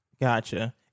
Gotcha